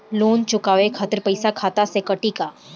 Loan चुकावे खातिर पईसा खाता से कटी का?